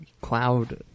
cloud